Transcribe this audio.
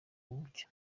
mucyo